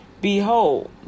Behold